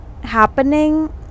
happening